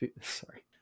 Sorry